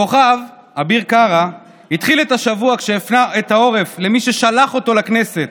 הכוכב אביר קארה התחיל את השבוע כשהפנה עורף למי ששלח אותו לכנסת,